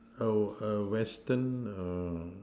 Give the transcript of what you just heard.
a a Western err